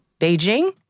Beijing